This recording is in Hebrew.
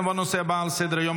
נעבור לנושא הבא על סדר-היום,